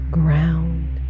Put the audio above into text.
ground